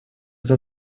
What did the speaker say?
это